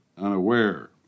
unaware